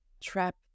trap